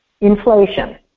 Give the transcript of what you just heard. inflation